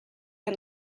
and